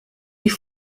die